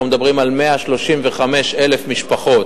אנחנו מדברים על 135,000 משפחות